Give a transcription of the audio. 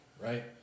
right